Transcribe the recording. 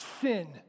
sin